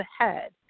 ahead